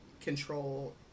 control